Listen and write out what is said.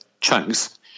chunks